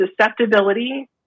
susceptibility